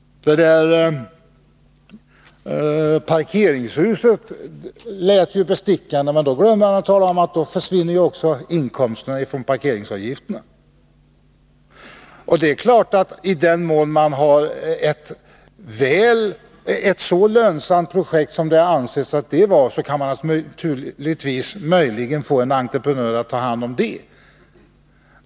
Det som sades om parkeringshuset lät bestickande, men herr Clarkson glömde att tala om att inkomsterna från parkeringsavgifterna försvinner om man bygger parkeringshus. I den mån man har ett så lönsamt projekt som detta anses vara kan man naturligtvis möjligen få en entreprenör att ta hand om det.